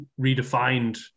redefined